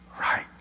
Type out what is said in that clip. right